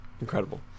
Incredible